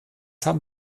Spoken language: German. haben